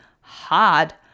hard